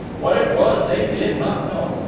what it was they did not know,